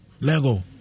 Lego